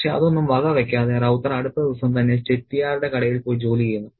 പക്ഷേ അതൊന്നും വകവയ്ക്കാതെ റൌത്തർ അടുത്ത ദിവസം തന്നെ ചെട്ടിയാരുടെ കടയിൽ പോയി ജോലി ചെയ്യുന്നു